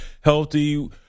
healthy